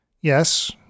Yes